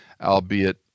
albeit